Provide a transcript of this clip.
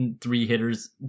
three-hitters